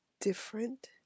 different